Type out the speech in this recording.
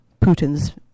Putin's